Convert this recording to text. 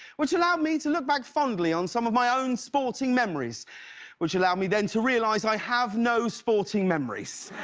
which allowed me to look back fondly on some of my own sporting memories which allowed me then to realize i have no sporting memories.